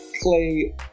Clay